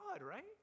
right